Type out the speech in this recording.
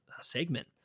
segment